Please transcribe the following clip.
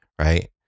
Right